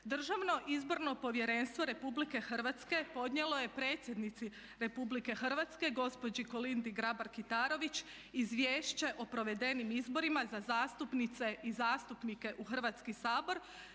Državno izborno povjerenstvo Republike Hrvatske podnijelo je predsjednici Republike Hrvatske gospođi Kolindi Grabar-Kitarović izvješće o provedenim izborima za zastupnice i zastupnike u Hrvatski sabor